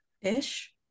Ish